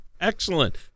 excellent